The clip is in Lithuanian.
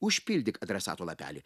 užpildyk adresato lapelį